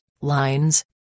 lines